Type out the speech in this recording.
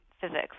physics